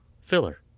filler